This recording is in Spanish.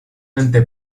ente